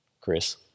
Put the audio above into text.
Chris